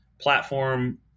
platform